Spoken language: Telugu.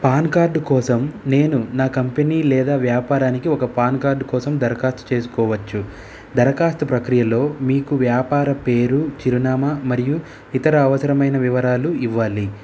పాన్ కార్డు కోసం నేను నా కంపెనీ లేదా వ్యాపారానికి ఒక పాన్ కార్డు కోసం దరఖాస్తు చేసుకోవచ్చు దరఖాస్తు ప్రక్రియలో మీకు వ్యాపార పేరు చిరునామా మరియు ఇతర అవసరమైన వివరాలు ఇవ్వాలి